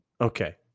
Okay